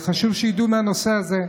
וחשוב שידעו על הנושא הזה.